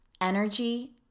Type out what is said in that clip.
Energy